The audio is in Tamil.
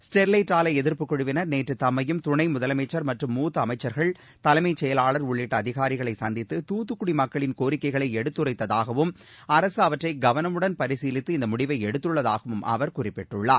ஸ்டெர்வைட் ஆலை எதிர்ப்பு குழுவினர் நேற்று தம்மையும் துணை முதலமைச்சர் மற்றும் மூத்த அமைச்சா்கள் தலைமைச் செயலாளா் உள்ளிட்ட அதிகாரிகளைச் சந்தித்து துத்துக்குடி மக்களின் கோரிக்கைகளை எடுத்துரைத்தாகவும் அரசு அவற்றை கவனமுடன் பரிசீலித்து இந்த முடிவை எடுத்துள்ளதாகவும் அவர் குறிப்பிட்டுள்ளார்